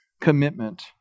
commitment